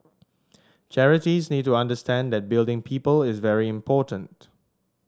charities need to understand that building people is very important